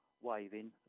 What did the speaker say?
waving